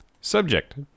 Subject